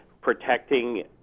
protecting